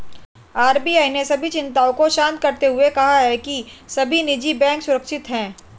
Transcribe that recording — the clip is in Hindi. आर.बी.आई ने सभी चिंताओं को शांत करते हुए कहा है कि सभी निजी बैंक सुरक्षित हैं